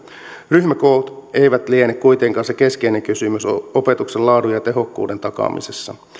ryhmäkoot eivät liene kuitenkaan se keskeinen kysymys opetuksen laadun ja tehokkuuden takaamisessa